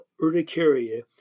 Urticaria